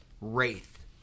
Wraith